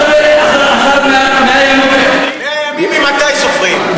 100 ימים ממתי סופרים?